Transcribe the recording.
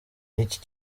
iki